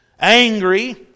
angry